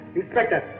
Inspector